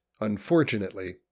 Unfortunately